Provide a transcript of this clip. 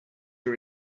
are